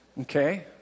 Okay